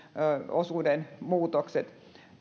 osuuden muutokset